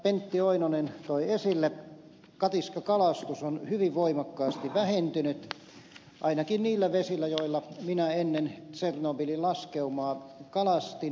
pentti oinonen toi esille katiskakalastus on hyvin voimakkaasti vähentynyt ainakin niillä vesillä joilla minä ennen tsernobylin laskeumaa kalastin